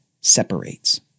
separates